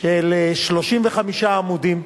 של 35 עמודים,